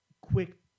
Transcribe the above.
quick